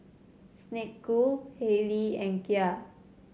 Snek Ku Haylee and Kia